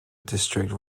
district